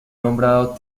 nombrado